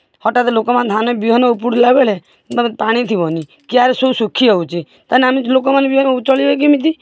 ହଟାତ୍ ଲୋକମାନେ ଧାନ ବିହନ ଉପୁଡ଼ିଲା ବେଳେ ପାଣି ଥିବନି କିଆରୀ ସବୁ ଶୁଖିଯାଇଛି ତାହେନେ ଆମେ ଲୋକମାନେ ବି ଚଳିବେ କେମିତି